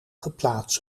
geplaatst